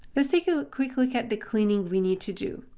let's take a quick look at the cleaning we need to do.